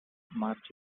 march